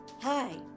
Hi